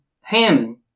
Hammond